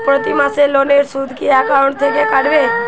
প্রতি মাসে লোনের সুদ কি একাউন্ট থেকে কাটবে?